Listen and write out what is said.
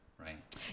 right